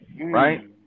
Right